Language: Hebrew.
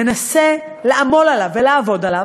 מנסים לעמול עליהם ולעבוד עליהם,